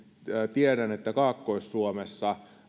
tiedän että kaakkois suomessa